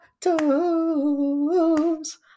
toes